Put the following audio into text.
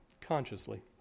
consciously